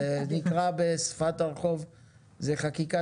זה נקרא בשפת הרחוב "זה חקיקה,